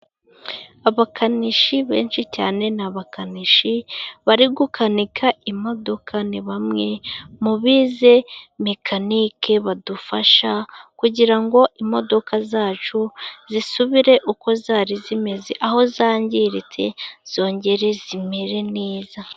Abakanishi benshi cyane ni abakanishi bari gukanika imodoka. Ni bamwe mu bize mekanike badufasha kugira ngo imodoka zacu zisubire uko zari zimeze aho zangiritse zongere zimere neza.